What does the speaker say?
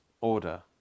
order